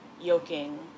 yoking